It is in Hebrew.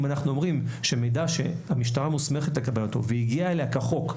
אם אנחנו אומרים שמידע שהמשטרה מוסמכת לקבל אותו והגיע אליה כחוק,